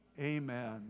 amen